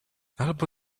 albo